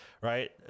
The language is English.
right